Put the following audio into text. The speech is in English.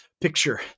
picture